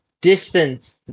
distance